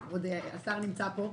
השר נמצא פה.